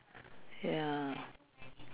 ya